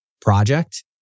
project